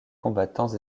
combattants